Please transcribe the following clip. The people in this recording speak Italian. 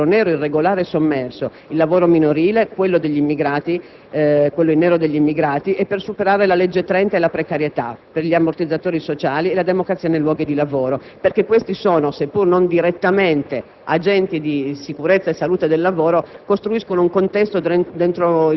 Ma è necessario e urgente un intervento complessivo e articolato per combattere il lavoro nero, irregolare e sommerso, il lavoro minorile, quello in nero degli immigrati, per superare la legge n. 30 del 2003 e la precarietà, per gli ammortizzatori sociali, per la democrazia nei luoghi di lavoro: questi sono, seppure non direttamente,